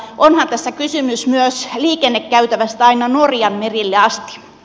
onhan tässä kysymys myös liikennekäytävästä aina norjan merilleas